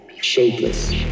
shapeless